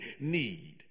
need